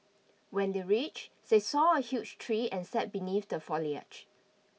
when they reached they saw a huge tree and sat beneath the foliage